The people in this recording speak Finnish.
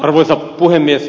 arvoisa puhemies